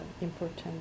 important